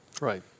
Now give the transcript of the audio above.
Right